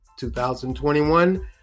2021